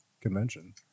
convention